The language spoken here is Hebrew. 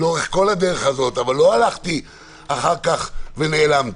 לאורך כל הדרך הזאת, אבל לא הלכתי אחר כך ונעלמתי.